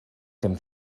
dem